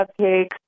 cupcakes